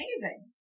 amazing